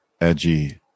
edgy